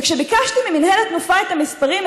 כשביקשתי ממינהלת תנופה את המספרים,